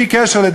ישירות לקבוצות.